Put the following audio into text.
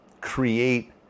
create